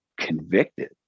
convicted